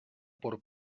por